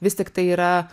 vis tik tai yra